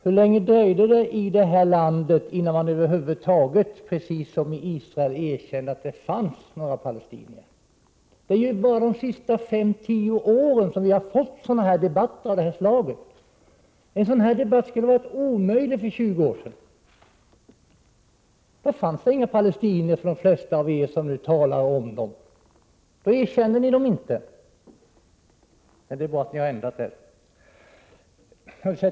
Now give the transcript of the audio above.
Hur länge dröjde det innan vi i det här landet, precis som i Israel, erkände att det fanns några palestinier. Det är bara under de senaste fem — tio åren som vi haft debatter av det slaget. En sådan här debatt skulle ha varit omöjlig för 20 år sedan. Då existerade inga palestinier för de flesta av er som nu talar om dem. Då erkände ni dem inte. Men det är bra att ni har ändrat er.